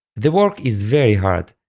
the work is very hard,